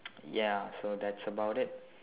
ya so that's about it